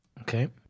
Okay